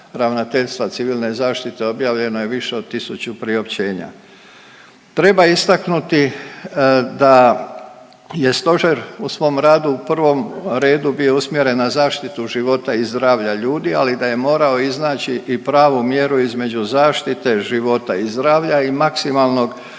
Ravnateljstva Civilne zaštite objavljeno je više od 1000 priopćenja. Treba istaknuti da je Stožer u svom radu u prvom redu bio usmjeren na zaštitu života i zdravlja ljudi, ali da je morao iznaći i pravu mjeru između zaštite života i zdravlja i maksimalnog